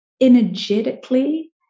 energetically